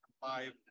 five